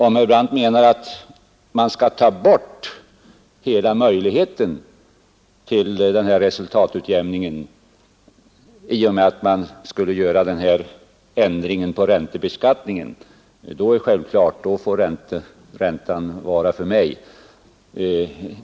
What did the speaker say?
Om herr Brandt menar att man skall ta bort hela möjligheten till denna resultatutjämning i och med att man gör den här ändringen i räntebeskattningen, då får självfallet räntan vara för mig.